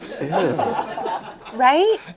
Right